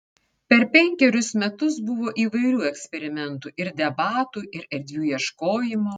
per penkerius metus buvo įvairių eksperimentų ir debatų ir erdvių ieškojimo